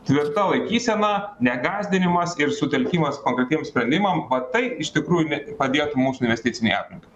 tvirta laikysena ne gąsdinimas ir sutelkimas konkretiem sprendimam va tai iš tikrųjų ne padėtų mūsų investicinei aplinkai